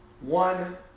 One